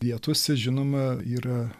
vietose žinoma yra